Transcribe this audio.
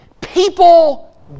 People